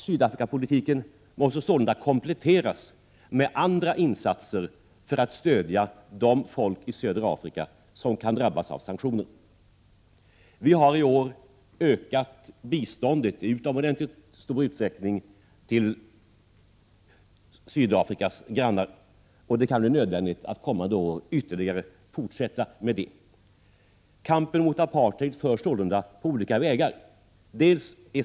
Sydafrikapolitiken måste sålunda kompletteras med andra insatser för att stödja de folk i södra Afrika som kan drabbas av sanktionerna. Vi har i år ökat biståndet i utomordentligt stor utsträckning till Sydafrikas grannar. Det kan bli nödvändigt att fortsätta med detta. Kampen mot apartheid förs sålunda på olika vägar.